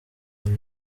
uyu